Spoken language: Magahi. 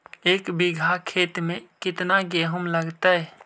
एक बिघा खेत में केतना गेहूं लगतै?